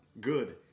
Good